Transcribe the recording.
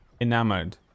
enamored